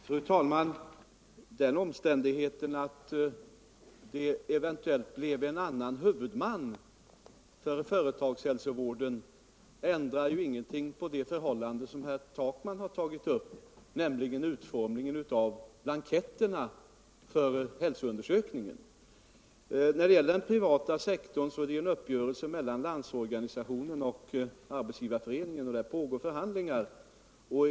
Fru talman! Den omständigheten att det eventuellt kan bli en annan huvudman för företagshälsovården ändrar ingenting på det förhållande som herr Takman har tagit upp, nämligen utformningen av blanketterna för hälsoundersökning. När det gäller den privata sektorn finns en uppgörelse mellan Landsorganisationen och Arbetsgivareföreningen, och förhandlingar pågår.